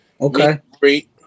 Okay